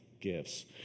gifts